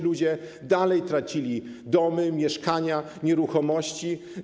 Ludzie dalej tracili domy, mieszkania, nieruchomości.